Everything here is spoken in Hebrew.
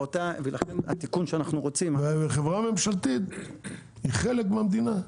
לכן התיקון שאנחנו רוצים --- חברה ממשלתית היא חלק מהמדינה,